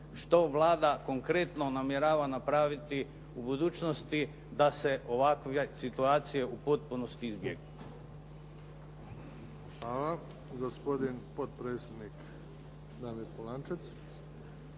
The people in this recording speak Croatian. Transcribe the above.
što Vlada konkretno namjerava napraviti u budućnosti da se ovakve situacije u potpunosti izbjegnu?